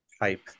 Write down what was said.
type